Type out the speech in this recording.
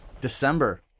December